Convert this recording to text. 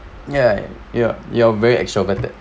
ya you're you're very extroverted